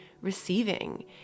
receiving